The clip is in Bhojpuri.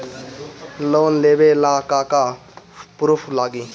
लोन लेबे ला का का पुरुफ लागि?